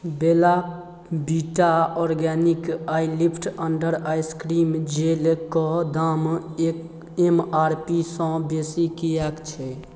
बेल्ला Vita organic eyelift under eye cream जेलके दाम एक एम आर पी सँ बेसी किएक छै